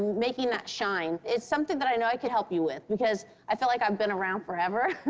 making that shine. it's something that i know i could help you with because i feel like i've been around forever.